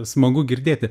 smagu girdėti